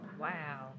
wow